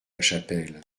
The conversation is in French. lachapelle